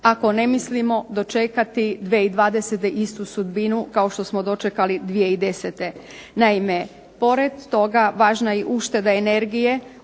ako ne mislimo 2020. dočekati istu sudbinu kao što smo dočekali 2010. Naime, pored toga važna je ušteda energije